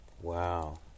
wow